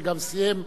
שגם סיים,